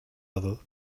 other